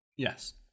Yes